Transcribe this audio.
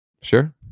Sure